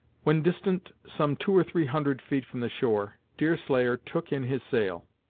when distant some two or three hundred feet from the shore, deerslayer took in his sail.